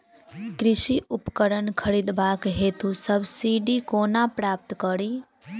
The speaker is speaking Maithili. कृषि उपकरण खरीदबाक हेतु सब्सिडी कोना प्राप्त कड़ी?